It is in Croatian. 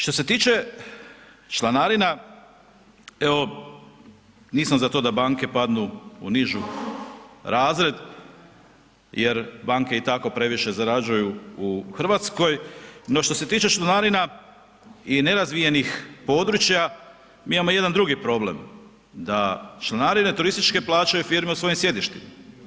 Što se tiče članarina, evo nisam za to da banke padnu u niži razred jer banke i tako previše zarađuju u Hrvatskoj, no što se tiče članarina i nerazvijenih područja, mi imamo jedan drugi problem da članarine turističke plaćaju firme u svojim sjedištima.